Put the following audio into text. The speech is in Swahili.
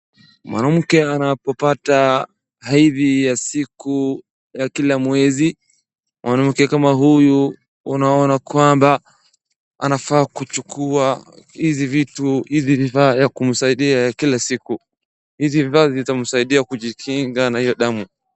Mwanamke anapopata hedhi ya siku ya kila mwezi. Mwanamke kama huyu unaona kwamba anafaa kuchukua hivi vitu hivi vifaa vya kumsaidia kila siku. Hizi vifaa vitamsaidia kujikinga na hiyo damu.